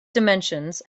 dimensions